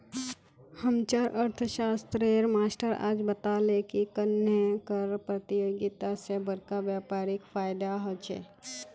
हम्चार अर्थ्शाश्त्रेर मास्टर आज बताले की कन्नेह कर परतियोगिता से बड़का व्यापारीक फायेदा होचे